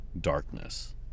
darkness